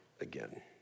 again